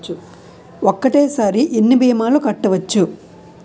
ఒక్కటేసరి ఎన్ని భీమాలు కట్టవచ్చు?